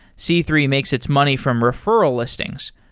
c three makes its money from referral listings.